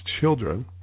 children